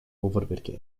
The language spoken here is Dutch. overwerken